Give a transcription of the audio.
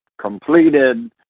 completed